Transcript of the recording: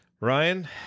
Ryan